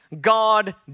God